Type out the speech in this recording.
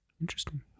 interesting